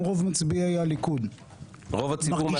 גם רוב מצביעי הליכוד -- רוב הציבור,